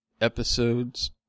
episodes